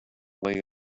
way